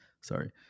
Sorry